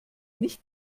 nicht